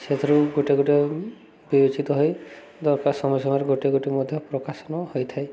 ସେଥିରୁ ଗୋଟେ ଗୋଟେ ବିବେଚିତ ହୋଇ ଦରକାର ସମୟ ସମୟରେ ଗୋଟେ ଗୋଟେ ମଧ୍ୟ ପ୍ରକାଶନ ହୋଇଥାଏ